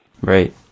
Right